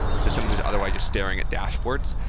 so someone who's otherwise just staring at dashboards,